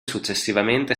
successivamente